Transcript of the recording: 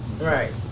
Right